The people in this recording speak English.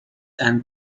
and